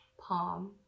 palm